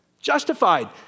justified